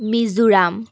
Mizoram